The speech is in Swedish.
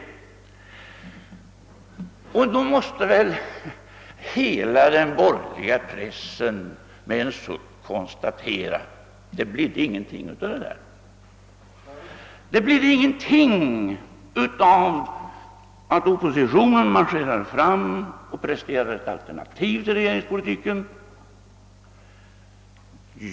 Nu efteråt måste väl hela den borgerliga pressen med en suck konstatera: Det »blidde» ingenting av det där, det »blidde» ingenting av att oppositionen marscherade fram och presterade ett alternativ till regeringspolitiken.